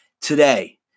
today